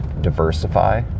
diversify